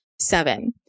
seven